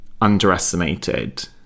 underestimated